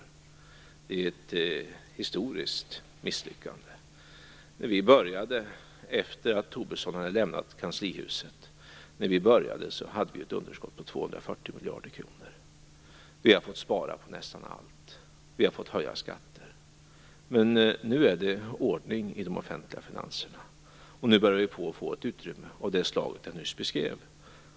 Det är ett historiskt misslyckande. När vi började efter att Tobisson hade lämnat kanslihuset hade vi ett underskott på 240 miljarder kronor. Vi har fått spara på nästan allt. Vi har fått höja skatter. Men nu är det ordning i de offentliga finanserna. Nu börjar vi få ett utrymme av det slag jag nyss beskrev.